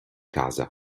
casa